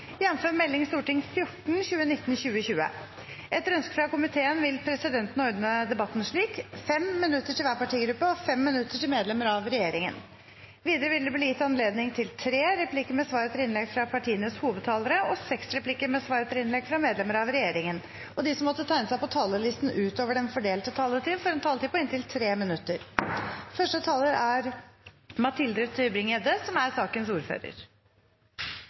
minutter til medlemmer av regjeringen. Videre vil det bli gitt anledning til tre replikker med svar etter innlegg fra partienes hovedtalere og seks replikker med svar etter innlegg fra medlemmer av regjeringen, og de som måtte tegne seg på talerlisten utover den fordelte taletid, får en taletid på inntil 3 minutter. Jeg vil starte med å takke komiteen for et godt samarbeid i denne saken. Kompetansepolitikk handler om å investere i mennesker og gi folk som